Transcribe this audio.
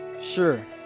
Sure